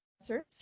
answers